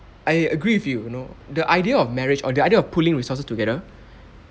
I agree with you you know the idea of marriage or the idea of pooling resources together